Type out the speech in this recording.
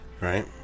right